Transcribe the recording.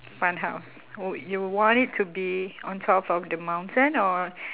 fun house oh you want it to be on top of the mountain or